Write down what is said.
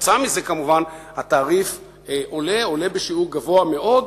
ובגלל זה כמובן התעריף עולה בשיעור גבוה מאוד,